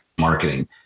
marketing